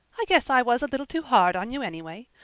i guess i was a little too hard on you, anyway.